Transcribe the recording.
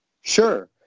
Sure